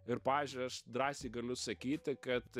ir pavyzdžiui aš drąsiai galiu sakyti kad